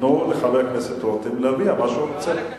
תנו לחבר הכנסת רותם להביע מה שהוא רוצה.